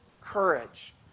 courage